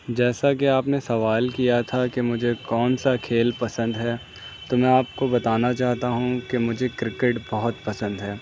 جیسا کہ آپ نے سوال کیا تھا کہ مجھے کون سا کھیل پسند ہے تو میں آپ کو بتانا چاہتا ہوں کہ مجھے کرکٹ بہت پسند ہے